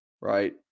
right